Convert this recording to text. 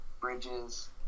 Bridges